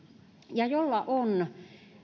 ja jolla on